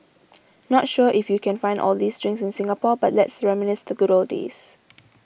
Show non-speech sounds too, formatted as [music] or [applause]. [noise] not sure if you can find all these drinks in Singapore but let's reminisce the good old days